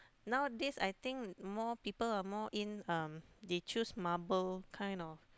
nowadays I think more people are more in um they choose marble kind of